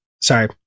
sorry